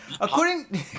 According